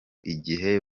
igihe